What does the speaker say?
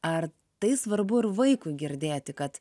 ar tai svarbu ir vaikui girdėti kad